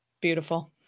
Beautiful